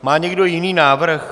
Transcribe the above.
Má někdo jiný návrh?